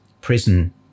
prison